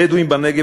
הבדואים בנגב,